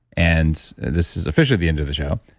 and this is officially the end of the show.